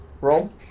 roll